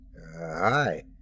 Hi